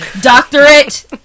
doctorate